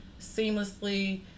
seamlessly